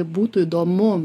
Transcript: būtų įdomu